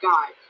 God